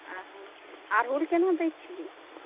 अड़हुल अड़हुल केना दै छियै